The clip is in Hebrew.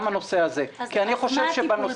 אז מה הטיפול?